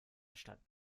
stadt